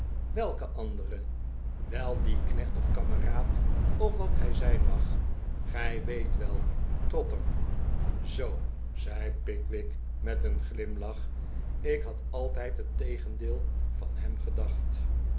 welke andere wel die knecht of kameraad of wat hij zijn mag gij weet wel trotter zoo zei pickwick met een glimlach ik had altijd het tegendeel van hem gedacht